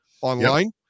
online